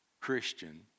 Christian